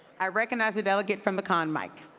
i recognize the delegate from the con mic.